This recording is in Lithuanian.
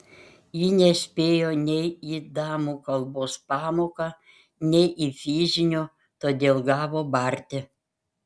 ji nespėjo nei į danų kalbos pamoką nei į fizinio todėl gavo barti